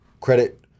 credit